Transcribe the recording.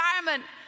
environment